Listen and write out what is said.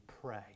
pray